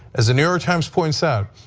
as the new york times points out,